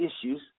issues